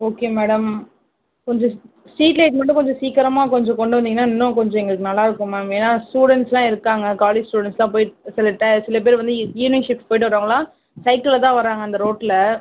okay madam கொஞ்சம் street light மட்டும் கொஞ்சம் சீக்கிரமாக கொஞ்சம் கொண்டு வந்திங்கன்னால் இன்னும் கொஞ்சம் எங்களுக்கு நல்லா இருக்கும் மேம் ஏன்னால் ஸ்டூடண்ட்ஸ்லாம் இருக்காங்க காலேஜ் ஸ்டூடண்ட்ஸ்லாம் சில பேர் சில பேர் வந்து ஈவினிங் ஷிஃப்ட் போய்விட்டு வரவங்களாம் சைக்கிளில் தான் வராங்க அந்த ரோட்டில்